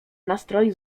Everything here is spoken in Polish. nastroju